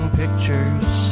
pictures